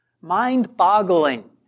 mind-boggling